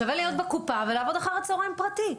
שווה להיות בקופה ולעבוד אחר הצוהריים פרטי.